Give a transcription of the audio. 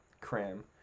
cram